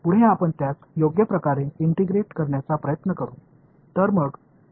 அடுத்து அதை ஒருங்கிணைக்க முயற்சிப்போம்